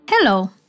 Hello